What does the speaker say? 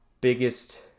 biggest